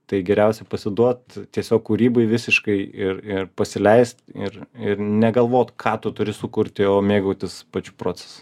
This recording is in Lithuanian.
tai geriausia pasiduot tiesiog kūrybai visiškai ir ir pasileist ir ir negalvot ką tu turi sukurti o mėgautis pačiu procesu